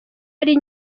ari